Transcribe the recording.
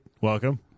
welcome